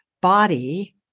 body